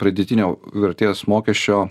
pridėtinio vertės mokesčio